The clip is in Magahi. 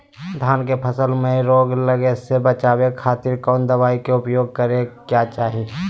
धान के फसल मैं रोग लगे से बचावे खातिर कौन दवाई के उपयोग करें क्या चाहि?